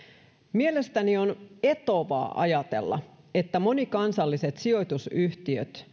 mielestäni on etovaa ajatella että monikansalliset sijoitusyhtiöt